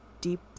deep